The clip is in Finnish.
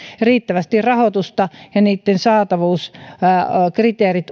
riittävästi rahoitusta ja sen saatavuuskriteerit